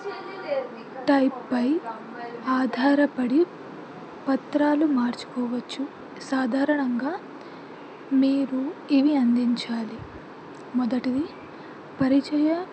type పై ఆధారపడి పత్రాలు మార్చుకోవచ్చు సాధారణంగా మీరు ఇవి అందించాలి మొదటిది పరిచయ